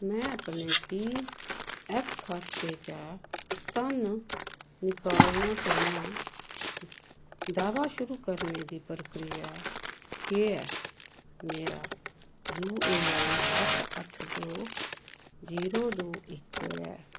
में अपने P F खाते चा धन्न निकालना चाह्न्नां दावा शुरू करने दी प्रक्रिया केह् ऐ मेरा यू ए एन अट्ठ अट्ठ दो जीरो दो इक ऐ